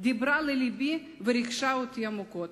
דיברה ללבי וריגשה אותי עמוקות.